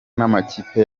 n’amakipe